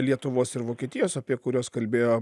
lietuvos ir vokietijos apie kuriuos kalbėjo